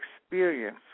experience